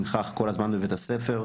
ינכח כל הזמן בבית ספר,